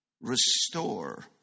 restore